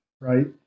Right